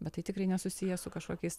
bet tai tikrai nesusiję su kažkokiais